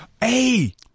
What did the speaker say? Hey